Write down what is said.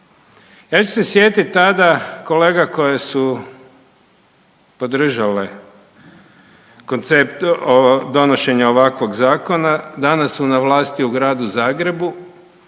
Ja ću se sjetit tada kolega koje su podržale koncept donošenja ovakvog zakona, danas su na vlasti u Gradu Zagrebu,